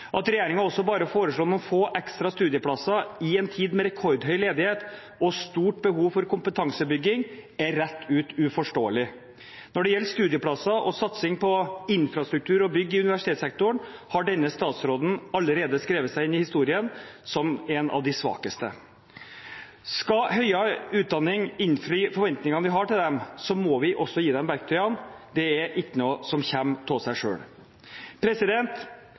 At regjeringen også bare foreslår noen få ekstra studieplasser i en tid med rekordhøy ledighet og stort behov for kompetansebygging, er rent ut uforståelig. Når det gjelder studieplasser og satsing på infrastruktur og bygg i universitetssektoren, har denne statsråden allerede skrevet seg inn i historien som en av de svakeste. Skal høyere utdanning innfri forventningene vi har, må vi også gi dem verktøyene. «Det e itjnå som kjem tå sæ sjøl».